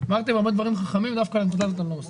אמרתם הרבה דברים חכמים, בסוף